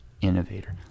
Innovator